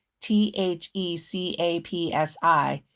t h e c a p s i,